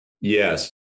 Yes